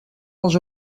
els